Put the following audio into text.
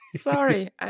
Sorry